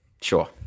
Sure